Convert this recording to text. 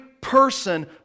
person